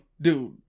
dude